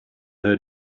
heard